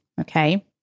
Okay